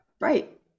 Right